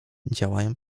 działają